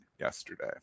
yesterday